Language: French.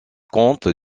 compte